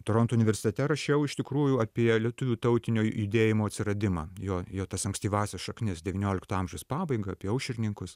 toronto universitete rašiau iš tikrųjų apie lietuvių tautinio judėjimo atsiradimą jo jo tas ankstyvąsias šaknis devyniolikto amžiaus pabaigą apie aušrininkus